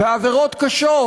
בעבירות קשות,